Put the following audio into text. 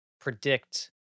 predict